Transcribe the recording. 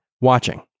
watching